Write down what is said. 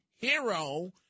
hero